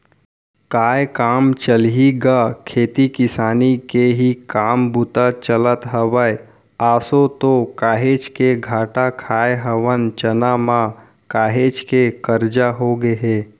काय काम चलही गा खेती किसानी के ही काम बूता चलत हवय, आसो तो काहेच के घाटा खाय हवन चना म, काहेच के करजा होगे हे